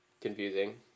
confusing